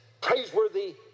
praiseworthy